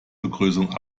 begrüßung